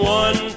one